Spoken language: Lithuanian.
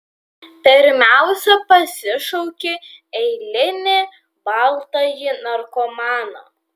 pirmiausia pasišauki eilinį baltąjį narkomaną